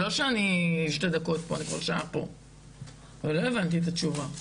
זה לא שאני שתי דקות פה ולא הבנתי את התשובה.